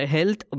Health